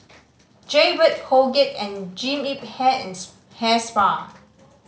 Jaybird Colgate and Jean Yip Hair and Hair Spa